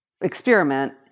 experiment